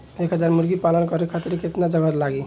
एक हज़ार मुर्गी पालन करे खातिर केतना जगह लागी?